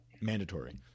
mandatory